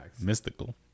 Mystical